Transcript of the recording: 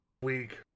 Week